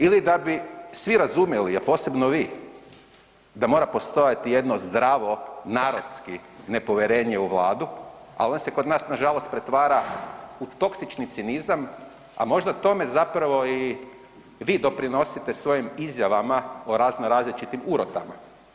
Ili da bi svi razumjeli a posebno vi, da mora postojati jedno zdravo narodski nepovjerenje u Vladu ali ono se kod nažalost pretvara u toksični cinizam a možda tome zapravo i vi doprinosite svojim izjavama o razno različitim urotama.